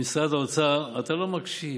במשרד האוצר, אתה לא מקשיב.